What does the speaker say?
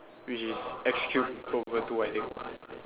which is X cube over two I think